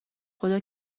خدا